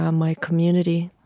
um my community